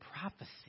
prophecy